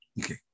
Okay